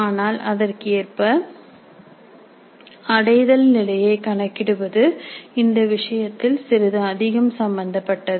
ஆனால் அதற்கேற்ப அடைதல் நிலையை கணக்கிடுவது இந்த விஷயத்தில் சிறிது அதிகம் சம்பந்தப்பட்டது